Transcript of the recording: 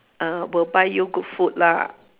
uh will buy you good food lah